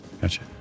gotcha